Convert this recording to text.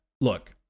look